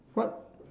what